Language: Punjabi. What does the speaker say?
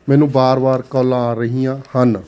ਮੈਨੂੰ ਵਾਰ ਵਾਰ ਕਾਲਾਂ ਆ ਰਹੀਆਂ ਹਨ